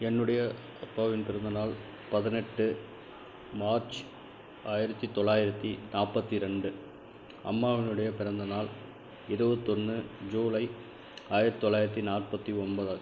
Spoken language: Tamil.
என்னுடைய அப்பாவின் பிறந்தநாள் பதினெட்டு மார்ச் ஆயிரத்து தொள்ளாயிரத்து நாற்பத்தி ரெண்டு அம்மாவினுடைய பிறந்த நாள் இருபத்தொன்னு ஜூலை ஆயிரத்து தொள்ளாயிரத்து நாற்பத்து ஒன்பது